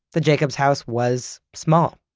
the jacobs house was small.